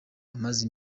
amaze